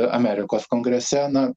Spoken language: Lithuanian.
amerikos kongrese na